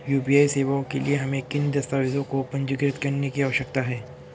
UPI सेवाओं के लिए हमें किन दस्तावेज़ों को पंजीकृत करने की आवश्यकता है?